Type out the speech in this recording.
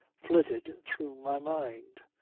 flitted through my mind.